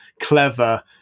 clever